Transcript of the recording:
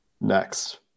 next